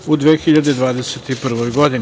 u 2021. godini.